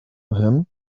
him